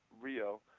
Rio